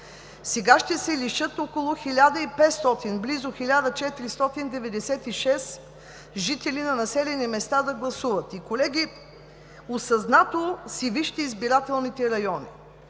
Сега ще се лишат около 1500, близо 1496 жители на населени места да гласуват. И, колеги, осъзнато си вижте избирателните райони.